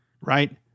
right